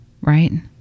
Right